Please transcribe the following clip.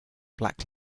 black